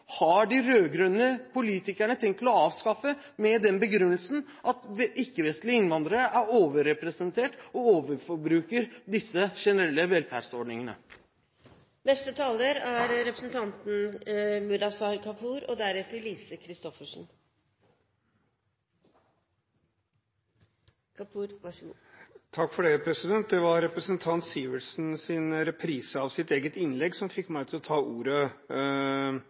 har de rød-grønne politikerne tenkt å avskaffe med den begrunnelsen at ikke-vestlige innvandrere er overrepresentert, og overforbruker disse generelle velferdsordningene? Det var representanten Sivertsens reprise av sitt eget innlegg som fikk meg til å ta ordet i denne saken. Det er veldig bra at representanten holdt det